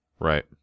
Right